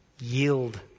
yield